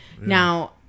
Now